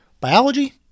biology